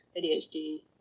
ADHD